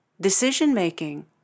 Decision-making